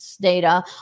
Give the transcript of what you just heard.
data